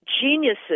geniuses